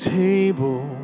table